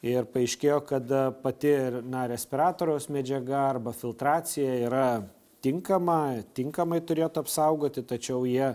ir paaiškėjo kada pati na respiratoriaus medžiaga arba filtracija yra tinkama tinkamai turėtų apsaugoti tačiau jie